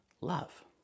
love